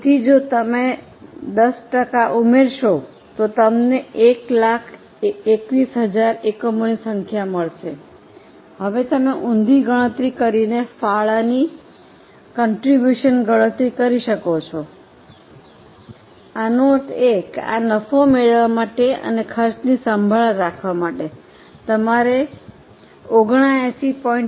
તેથી જો તમે 10 ટકા ઉમેરશો તો તમને 121000 એકમોની સંખ્યા મળશે હવે તમે ઉંધી ગણતરી કરીને ફાળાની ગણતરી કરી શકો છો આનો અર્થ એ કે આ નફો મેળવવા માટે અને ખર્ચની સંભાળ રાખવા માટે તમારે 79